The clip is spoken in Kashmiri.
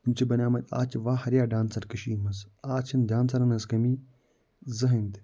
یِم چھِ بنٲے مٕتۍ آز چھِ واریاہ ڈانسَر کٔشیٖرِ منٛز آز چھِنہٕ دانسَرَن ہٕنٛز کٔمی زٔہٕنۍ تہِ